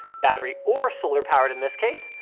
battery, or solar-powered in this case.